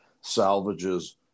salvages